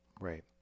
Right